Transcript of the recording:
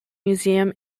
museum